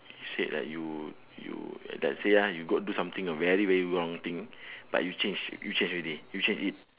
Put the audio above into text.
said like you you let's say ah you got do something ah very very wrong uh thing ah but you change you change already you change it